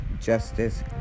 justice